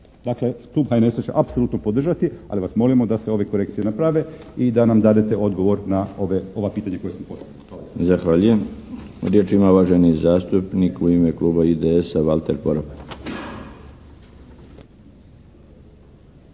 Dakle, klub HNS-a će apsolutno podržati ali vas molimo da se ove korekcije naprave i da nam dadete odgovor na ova pitanja koja smo postavili. Hvala lijepo. **Milinović, Darko (HDZ)** Zahvaljujem. Riječ ima uvaženi zastupnik u ime kluba IDS-a Valter Poropat.